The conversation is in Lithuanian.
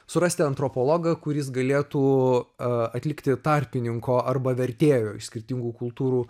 surasti antropologą kuris galėtų atlikti tarpininko arba vertėjo iš skirtingų kultūrų